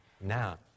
Now